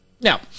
Now